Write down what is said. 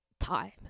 time